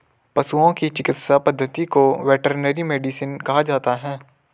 पशुओं की चिकित्सा पद्धति को वेटरनरी मेडिसिन कहा जाता है